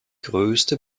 größte